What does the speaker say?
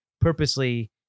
purposely